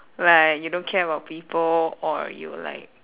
like you don't care about people or you like